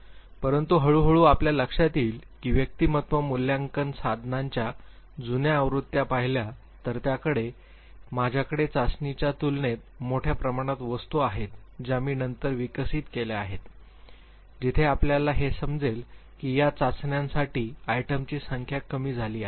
परंतु हळूहळू आपल्या लक्षात येईल की व्यक्तिमत्त्व मूल्यांकन साधनांच्या जुन्या आवृत्त्या पाहिल्या तर त्याकडे माझ्याकडे चाचणीच्या तुलनेत मोठ्या प्रमाणात वस्तू आहेत ज्या मी नंतर विकसित केल्या आहेत जिथे आपल्याला हे समजेल की या चाचण्यांसाठी आयटमची संख्या कमी झाली आहे